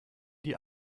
die